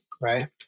right